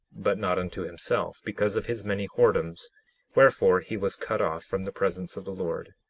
but not unto himself because of his many whoredoms wherefore he was cut off from the presence of the lord.